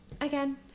again